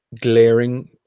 glaring